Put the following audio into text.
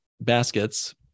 baskets